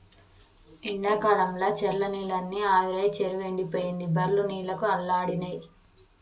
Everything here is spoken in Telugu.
ఎండాకాలంల చెర్ల నీళ్లన్నీ ఆవిరై చెరువు ఎండిపోయింది బర్లు నీళ్లకు అల్లాడినై